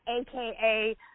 AKA